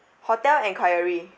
hotel enquiry